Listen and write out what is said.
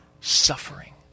suffering